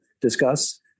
discuss